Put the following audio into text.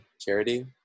Charity